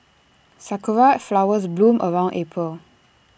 Sakura Flowers bloom around April